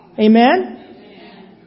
Amen